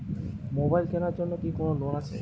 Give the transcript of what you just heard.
Mobile কেনার জন্য কি কোন লোন আছে?